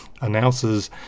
announces